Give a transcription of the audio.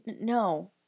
No